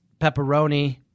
pepperoni